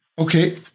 Okay